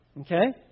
Okay